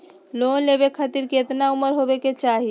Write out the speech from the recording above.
Loan लेवे खातिर केतना उम्र होवे चाही?